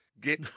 Get